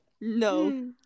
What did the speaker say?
No